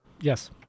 Yes